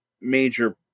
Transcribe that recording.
major